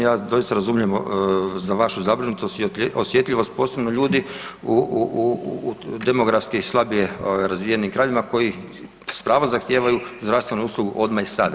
Ja doista razumijem za vašu zabrinutost i osjetljivost posebno ljudi u, u, u demografski slabije razvijenim krajevima koji s pravom zahtijevaju zdravstvenu uslugu odmah i sada.